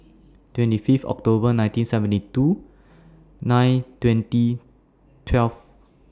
twenty five October nineteen seventy two nine twenty twelve